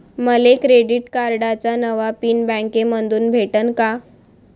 मले क्रेडिट कार्डाचा नवा पिन बँकेमंधून भेटन का?